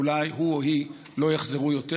אולי הוא או היא לא יחזרו יותר,